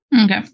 Okay